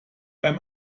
beim